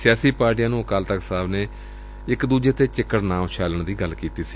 ਸਿਆਸੀ ਪਾਰਟੀਆਂ ਨੂੰ ਅਕਾਲ ਤਖਤ ਸਾਹਿਬ ਨੇ ਇਕ ਦੂਜੇ ਤੇ ਚਿੱਕੜ ਨਾ ਉਛਾਲਣ ਦੀ ਗੱਲ ਕੀਤੀ ਸੀ